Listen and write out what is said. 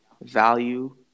value